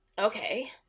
Okay